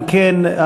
אם כן,